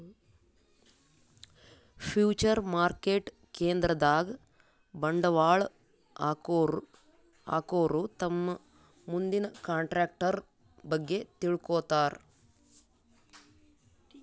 future market ಕೇಂದ್ರದಾಗ್ ಬಂಡವಾಳ್ ಹಾಕೋರು ತಮ್ ಮುಂದಿನ ಕಂಟ್ರಾಕ್ಟರ್ ಬಗ್ಗೆ ತಿಳ್ಕೋತಾರ್